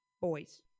boys